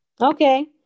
okay